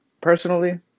personally